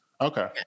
Okay